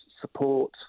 support